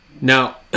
Now